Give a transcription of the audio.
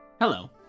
Hello